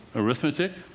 arithmetic,